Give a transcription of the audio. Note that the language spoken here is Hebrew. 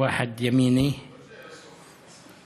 יש פה רק את הרשימה המשותפת.